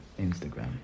Instagram